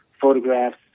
photographs